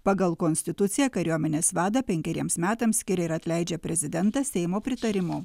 pagal konstituciją kariuomenės vadą penkeriems metams skiria ir atleidžia prezidentas seimo pritarimu